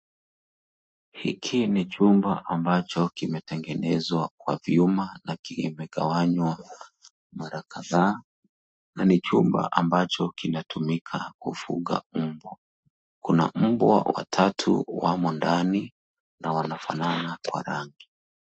Hiki ni chumba ambacho kimetehmgenezwa kwa vyuma na kimegawanywa mara kadhaa na ni chumba ambacho kinatumika kufunga mbwa. Kuna mbwa watatu ambao wamo ndani na wanafanana kwa rangi.